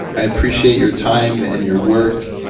i appreciate your time and your work,